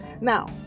now